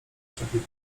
ślepej